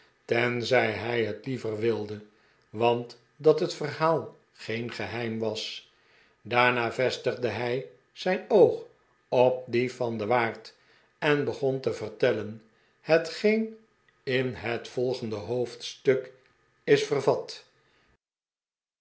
tenzij hij het liever wilde want dat het verhaal geen geheim was daarna vestigde hij zijn oog op die van den waard en begon te vertellen hetgeen in het volgende hoofdtuk is vervat